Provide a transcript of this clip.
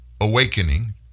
awakening